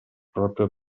proprio